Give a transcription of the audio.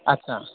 आस्सा